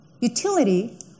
utility